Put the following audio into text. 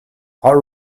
our